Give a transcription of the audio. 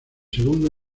segundo